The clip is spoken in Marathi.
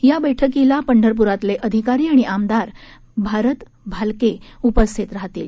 या बैठकीला पंढरपुरातले अधिकारी आणि आमदार भारत भालके उपस्थित राहतील